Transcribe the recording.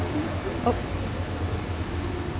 oh